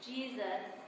Jesus